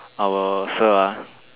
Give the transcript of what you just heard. our sir ah